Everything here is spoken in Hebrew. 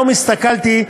היום הסתכלתי,